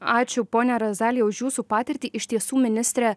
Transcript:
ačiū ponia razalija už jūsų patirtį iš tiesų ministre